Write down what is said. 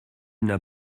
n’as